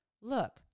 Look